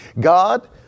God